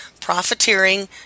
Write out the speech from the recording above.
profiteering